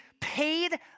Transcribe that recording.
paid